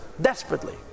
desperately